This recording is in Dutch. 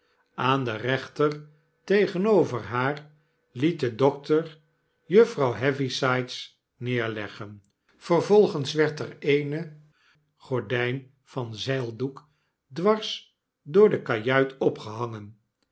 aan de rechter tegenover haar liet de dokter juffrouw heavysides neerleggen vervolgens werd er eene gordyn van zeildoekd wars door de kajuit opgehangen